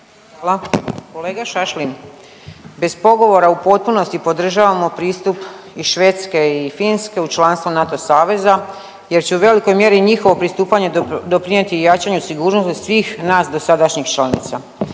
(HDZ)** Kolega Šašlin, bez govora u potpunosti podržavamo pristup i Švedske i Finske u članstvo NATO saveza jer će u velikoj mjeri i njihovo pristupanje doprinijeti jačanju sigurnosti svih nas dosadašnjih članica.